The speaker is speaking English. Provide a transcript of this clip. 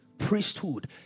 Priesthood